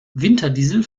winterdiesel